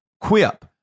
quip